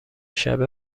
شبه